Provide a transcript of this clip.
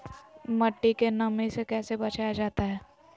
मट्टी के नमी से कैसे बचाया जाता हैं?